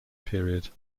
period